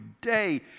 day